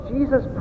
Jesus